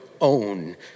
own